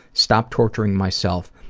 stop torturing myself,